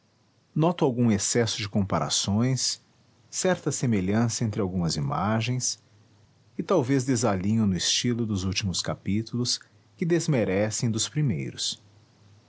noto algum excesso de comparações certa semelhança entre algumas imagens e talvez desalinho no estilo dos últimos capítulos que desmerecem dos primeiros